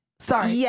Sorry